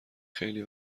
خیلی